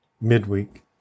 midweek